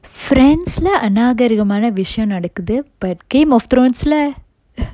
friends lah அநாகரிகமான விசயம் நடக்குது:anakarikamana visayam nadakkuthu but game of thrones leh